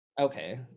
Okay